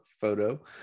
photo